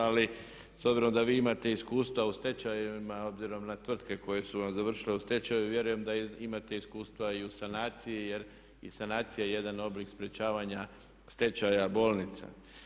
Ali s obzirom da vi imate iskustva u stečajevima, obzirom na tvrtke koje su vam završile u stečaju vjerujem da imate iskustva i u sanaciji jer i sanacija je jedan oblik sprječavanja stečaja bolnica.